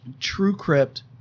TrueCrypt